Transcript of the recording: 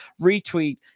retweet